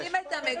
רואים את המגמות.